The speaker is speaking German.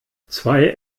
zwei